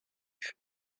est